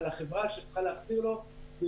על החברה שצריכה להחזיר לו.